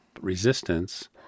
resistance